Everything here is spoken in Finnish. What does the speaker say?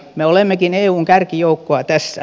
me olemmekin eun kärkijoukkoa tässä